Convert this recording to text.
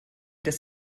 dass